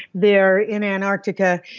they're in antarctica.